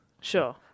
Sure